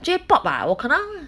J pop ah 我可能